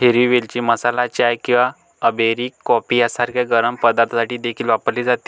हिरवी वेलची मसाला चाय किंवा अरेबिक कॉफी सारख्या गरम पदार्थांसाठी देखील वापरली जाते